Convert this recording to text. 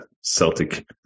Celtic